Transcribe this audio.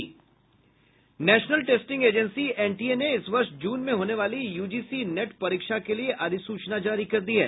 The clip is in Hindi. नेशनल टेस्टिंग एजेंसी एनटीए ने इस वर्ष जून में होने वाली यूजीसी नेट परीक्षा के लिए अधिसूचना जारी कर दी है